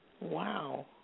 Wow